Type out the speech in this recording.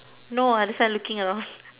no I start looking